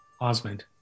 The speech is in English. Osmond